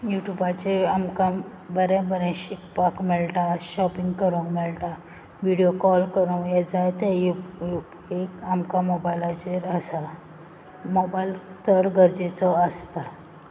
युट्यूबाचेर आमकां बरें बरें शिकपाक मेळटा शॉपींग करूंक मेळटा विडीयो कॉल करूंक हे जाय ते युप उपेग आमकां मोबायलाचेर आसा मोबायल चड गरजेचो आसता